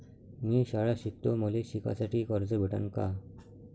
मी शाळा शिकतो, मले शिकासाठी कर्ज भेटन का?